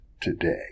today